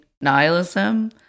nihilism